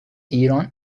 ایران